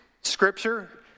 scripture